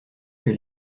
que